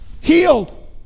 healed